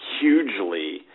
hugely